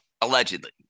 allegedly